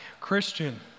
Christian